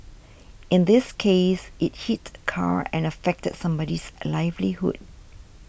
in this case it hit a car and affected somebody's livelihood